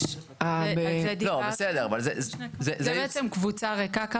על זה דיברתי, זו בעצם קבוצה ריקה?